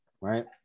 Right